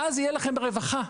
ואז תהיה לכם רווחה.